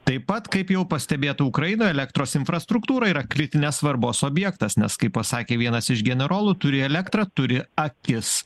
taip pat kaip jau pastebėta ukrainoj elektros infrastruktūra yra kritinės svarbos objektas nes kaip pasakė vienas iš generolų turi elektrą turi akis